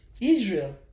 Israel